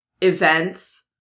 events